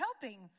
helping